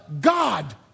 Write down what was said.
God